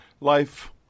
Life